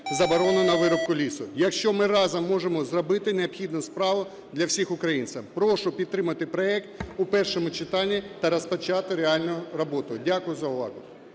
заборону на вирубку лісу, - якщо ми разом можемо зробити необхідну справу для всіх українців? Прошу підтримати проект у першому читанні та розпочати реальну роботу. Дякую за увагу.